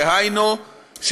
דהיינו,